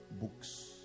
books